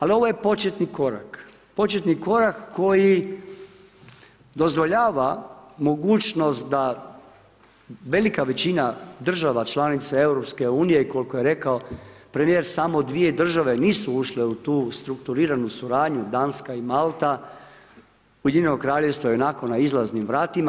Ali ovo je početni korak, početni korak koji dozvoljava mogućnost da velika većina država članica EU koliko je rekao premijer samo dvije države nisu ušle u tu strukturiranu suradnju Danska i Malta, Ujedinjeno Kraljevstvo je ionako na izlaznim vratima.